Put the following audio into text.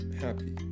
happy